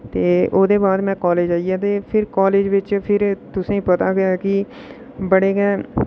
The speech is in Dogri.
ते ओह्दे बाद में कालेज जाइयै ते फ्ही कालेज बिच फ्ही तुसें ई पता ऐ गै कि बड़े गै